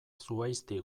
zuhaizti